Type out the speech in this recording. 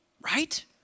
right